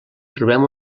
trobem